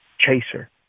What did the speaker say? chaser